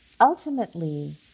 ultimately